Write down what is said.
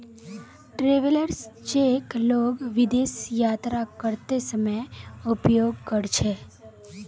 travellers cheque लोग विदेश यात्रा करते समय उपयोग कर छे